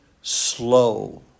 slow